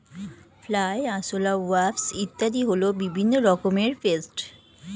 fly, আরশোলা, wasp ইত্যাদি হল বিভিন্ন রকমের পেস্ট